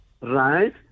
right